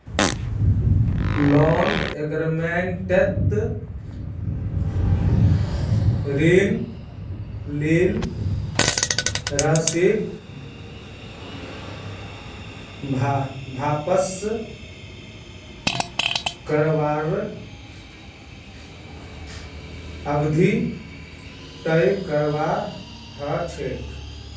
loan एग्रीमेंटत ऋण लील राशीक वापस करवार अवधि तय करवा ह छेक